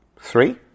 Three